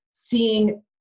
seeing